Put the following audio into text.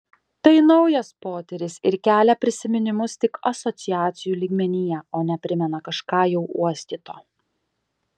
tai naujas potyris ir kelia prisiminimus tik asociacijų lygmenyje o ne primena kažką jau uostyto